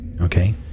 Okay